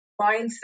mindset